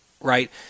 right